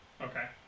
Okay